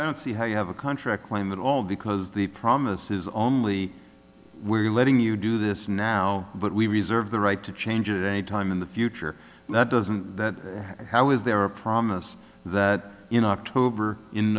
i don't see how you have a contract claim that all because the promise is only we're letting you do this now but we reserve the right to change it any time in the future that doesn't that how is there a promise that you know october in